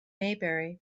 maybury